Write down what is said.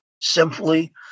simply